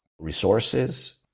resources